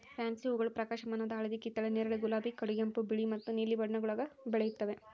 fancy ಹೂಗಳು ಪ್ರಕಾಶಮಾನವಾದ ಹಳದಿ ಕಿತ್ತಳೆ ನೇರಳೆ ಗುಲಾಬಿ ಕಡುಗೆಂಪು ಬಿಳಿ ಮತ್ತು ನೀಲಿ ಬಣ್ಣ ಬಣ್ಣಗುಳಾಗ ಬೆಳೆಯುತ್ತವೆ